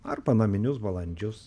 arba naminius balandžius